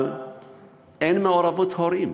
אבל אין מעורבות הורים,